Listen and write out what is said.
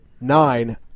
nine